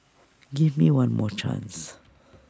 give me one more chance